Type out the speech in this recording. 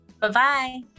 Bye-bye